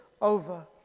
over